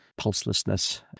pulselessness